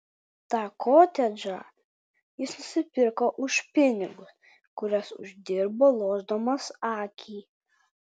tą kotedžą jis nusipirko už pinigus kuriuos uždirbo lošdamas akį